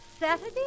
Saturday